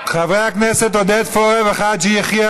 חברי הכנסת עודד פורר וחאג' יחיא,